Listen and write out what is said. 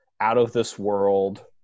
out-of-this-world